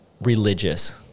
religious